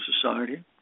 Society